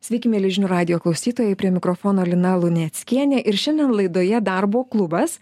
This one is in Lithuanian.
sveiki mieli žinių radijo klausytojai prie mikrofono lina luneckienė ir šiandien laidoje darbo klubas